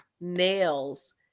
nails